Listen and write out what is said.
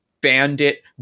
bandit